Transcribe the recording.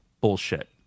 bullshit